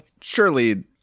Surely